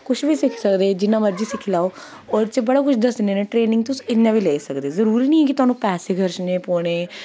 कुछ बी सिक्खी सकदे जि'न्ना मर्जी सिक्खी लैओ ओह्दे च बड़ा कुछ दस्सने न ट्रेनिंग तुस इ'यां बी लेई सकदे जरूरी निं ऐ कि थाह्नू पैसे खर्चने पौने